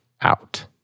out